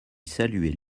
saluaient